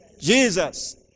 Jesus